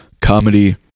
comedy